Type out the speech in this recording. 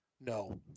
No